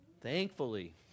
Thankfully